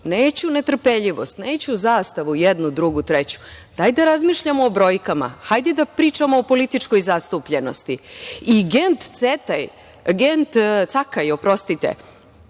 Neću netrpeljivost, neću zastavu jednu, drugu, treću, dajte da razmišljamo o brojkama, hajde da pričamo o političkoj zastupljenosti. Gent Cakaj, uznemirena